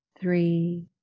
three